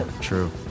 true